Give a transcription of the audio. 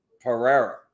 Pereira